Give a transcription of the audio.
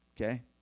Okay